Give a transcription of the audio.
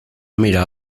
mirar